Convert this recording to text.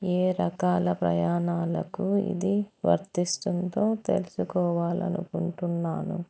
ఏ రకాల ప్రయాణాలకు ఇది వర్తిస్తుందో తెలుసుకోవాలి అనుకుంటున్నాను